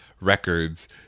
records